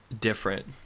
different